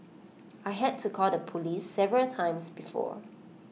I had to call the Police several times before